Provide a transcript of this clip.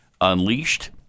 unleashed